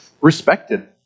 respected